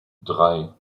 drei